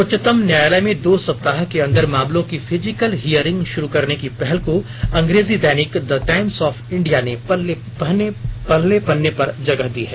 उच्चतम न्यायालय में दो सप्ताह के अंदर मामलों की फिजिकल हियरिंग शुरू करने की पहल को अंग्रेजी दैनिक द टाइम्स ऑफ इंडिया ने पहले पन्ने पर जगह दी है